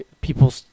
people